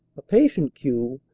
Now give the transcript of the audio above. a patient queue.